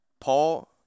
Paul